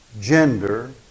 gender